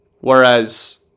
Whereas